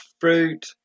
fruit